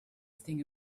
thing